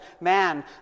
man